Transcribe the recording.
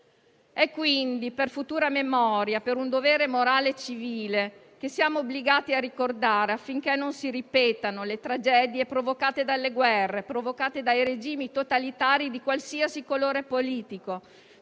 È quindi per futura memoria, per un dovere morale e civile, che siamo obbligati a ricordare, affinché non si ripetano le tragedie provocate dalle guerre; provocate dai regimi totalitari di qualsiasi colore politico;